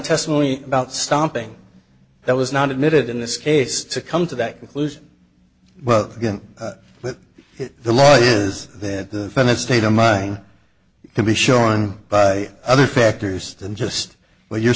testimony about stomping that was not admitted in this case to come to that conclusion but again that the law is that the senate state of mind can be showing by other factors than just where you're